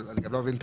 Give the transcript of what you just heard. ואני לא מבין את